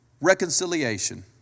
reconciliation